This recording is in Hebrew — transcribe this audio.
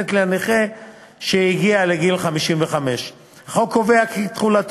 שניתנת לנכה שהגיע לגיל 55. מוצע לקבוע כי תחולת